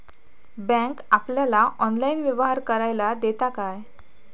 Bank आपल्याला online व्यवहार करायला देता काय?